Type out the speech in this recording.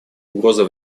угроза